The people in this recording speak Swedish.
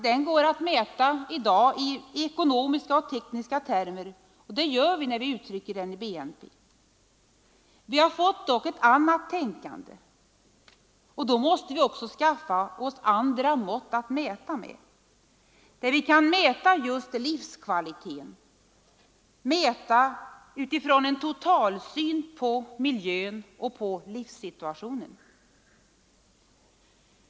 Den går att mäta i ekonomiska och tekniska termer, och det gör vi när vi uttrycker den i BNP. Vi har dock fått ett annat tänkande, och då måste vi också skaffa andra mått att mäta med, där vi kan mäta just livskvalitet — utifrån en totalsyn på miljön och livssituationen.